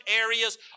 areas